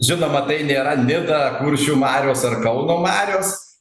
žinoma tai nėra nida kuršių marios ar kauno marios